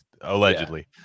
allegedly